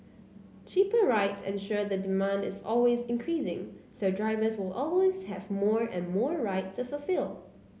cheaper rides ensure the demand is always increasing so drivers will always have more and more rides to fulfil